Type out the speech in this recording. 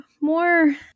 more